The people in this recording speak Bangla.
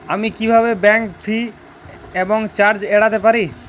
আমি কিভাবে ব্যাঙ্ক ফি এবং চার্জ এড়াতে পারি?